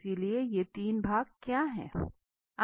इसलिए तीन भाग क्या है